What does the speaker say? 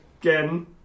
again